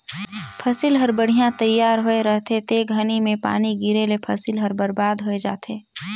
फसिल हर बड़िहा तइयार होए रहथे ते घरी में पानी गिरे ले फसिल हर बरबाद होय जाथे